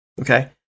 okay